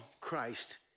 Christ